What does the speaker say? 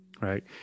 right